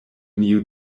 new